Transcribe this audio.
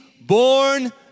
born